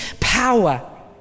power